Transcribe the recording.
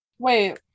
Wait